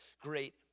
great